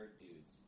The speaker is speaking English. dudes